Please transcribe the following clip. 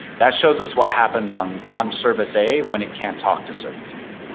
that shows us what happens on on service a when it can't talk to service b.